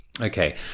Okay